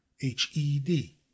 H-E-D